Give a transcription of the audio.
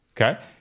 okay